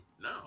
No